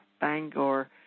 Bangor